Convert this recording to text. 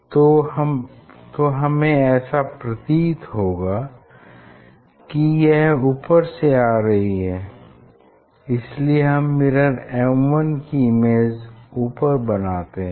तो हमें ऐसा प्रतीत होगा की यह ऊपर से आ रही है इसलिए हम मिरर M1 की इमेज ऊपर बनाते हैं